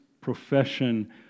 profession